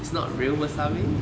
it's not real wasabi